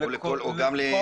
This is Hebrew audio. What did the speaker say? או --- לכול הגופים,